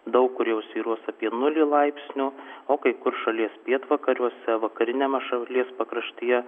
daug kur jau svyruos apie nulį laipsnių o kai kur šalies pietvakariuose vakariniame šalies pakraštyje